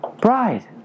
bride